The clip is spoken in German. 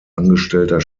angestellter